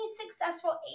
successful